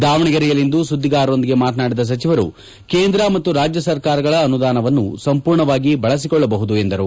ದಾವಣಗೆರೆಯಲ್ಲಿಂದು ಸುದ್ದಿಗಾರರೊಂದಿಗೆ ಮಾತನಾಡಿದ ಸಚಿವರು ಕೇಂದ್ರ ಮತ್ತು ರಾಜ್ಯ ಸರ್ಕಾರಗಳ ಅನುದಾನವನ್ನು ಸಂಪೂರ್ಣವಾಗಿ ಬಳಸಿಕೊಳ್ಳಬಹುದು ಎಂದರು